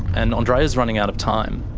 and andreea's running out of time.